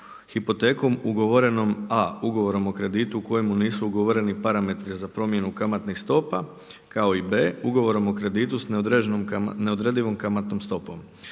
hipotekom ugovorenom a) ugovorom o kreditu u kojemu nisu ugovoreni parametri za promjenu kamatnih stopa, kao i b) ugovorom o kreditu s neodredivom kamatnom stopom.